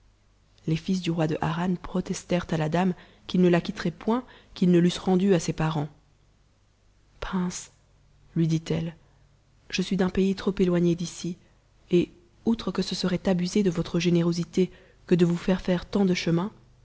les fils du roi de harran protestèrent à la dame qu'i s ne la quitteraient point qu'ils ne l'eussent rendue à ses parents prince lui dit-elle je suis d'un pays trop éloigné d'ici et outre que ce serait abuser de votre générosité que de vous faire faire tant de chemin